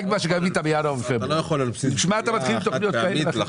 אי-אפשר חד-פעמית.